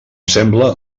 sembla